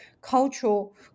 cultural